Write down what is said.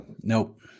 Nope